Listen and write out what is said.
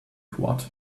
quad